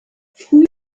früh